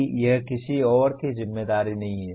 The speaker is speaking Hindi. कि यह किसी और की जिम्मेदारी नहीं है